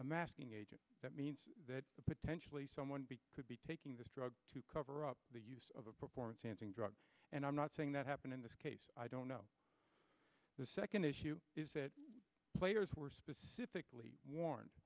masking agent that means that potentially someone could be taking this drug to cover up the use of performance enhancing drugs and i'm not saying that happened in this case i don't know the second issue is that players were specifically warn